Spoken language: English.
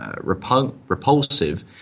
repulsive